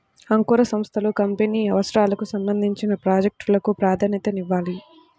అంకుర సంస్థలు కంపెనీ అవసరాలకు సంబంధించిన ప్రాజెక్ట్ లకు ప్రాధాన్యతనివ్వాలి